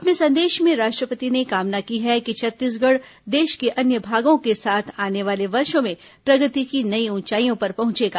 अपने संदेश में राष्ट्रपति ने कामना की है कि छत्तीसगढ़ देश के अन्य भागों के साथ आने वाले वर्षो में प्रगति की नई ऊंचाइयों पर पहुंचेगा